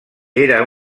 era